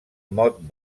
mot